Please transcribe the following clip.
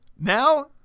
now